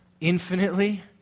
infinitely